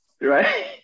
right